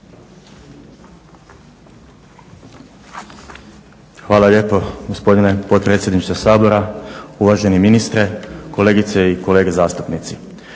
Hvala lijepo gospodine potpredsjedniče Sabora, uvaženi ministre, kolegice i kolege zastupnici.